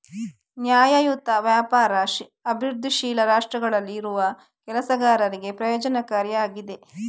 ನ್ಯಾಯಯುತ ವ್ಯಾಪಾರ ಅಭಿವೃದ್ಧಿಶೀಲ ರಾಷ್ಟ್ರಗಳಲ್ಲಿ ಇರುವ ಕೆಲಸಗಾರರಿಗೆ ಪ್ರಯೋಜನಕಾರಿ ಆಗಿದೆ